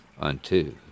unto